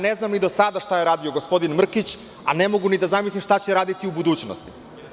Ne znam ni šta je do sada radio gospodin Mrkić, a ne mogu ni da zamislim šta će raditi u budućnosti.